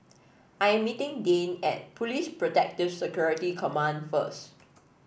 I am meeting Dayne at Police Protective Security Command first